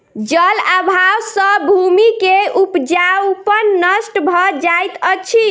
जल अभाव सॅ भूमि के उपजाऊपन नष्ट भ जाइत अछि